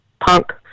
punk